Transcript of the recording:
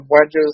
wedges